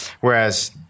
Whereas